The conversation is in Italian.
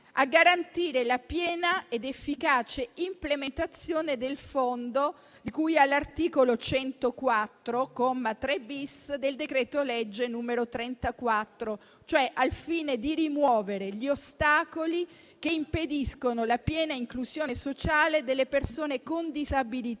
a garantire la piena ed efficace implementazione del fondo di cui all'articolo 104, comma 3-*bis*, del decreto legge n. 34, al fine di rimuovere gli ostacoli che impediscono la piena inclusione sociale delle persone con disabilità,